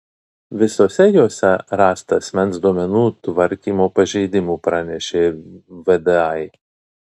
visose jose rasta asmens duomenų tvarkymo pažeidimų pranešė vdai